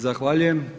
Zahvaljujem.